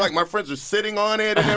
like my friends were sitting on it.